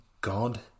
God